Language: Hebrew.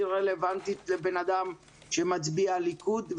היא רלבנטית לבן-אדם שמצביע ליכוד,